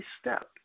step